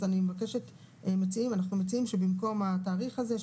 אז אנחנו מציעים שבמקום התאריך הזה,